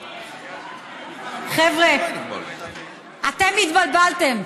חבר'ה, אתם התבלבלתם.